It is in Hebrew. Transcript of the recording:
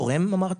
תורם, אמרת?